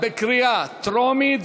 התשע"ה 2015,